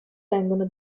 vengono